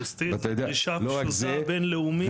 אפוסטיל זו דרישה פשוטה בינלאומית,